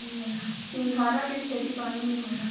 सिंघाड़ा के खेती पानी में होला